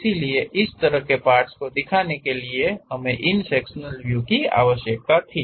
इसलिए इस तरह के पार्टस को दिखाने के लिए हमें इन सेक्शनल व्यू की आवश्यकता थी